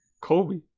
Kobe